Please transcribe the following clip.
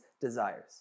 desires